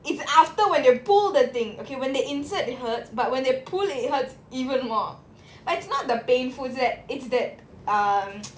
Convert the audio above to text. it's after when you pull the thing okay when they insert it hurts but when they pull it hurts even more like it's not the painful it's that it's that um